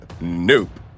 Nope